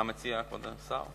מה מציע כבוד השר?